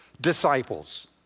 disciples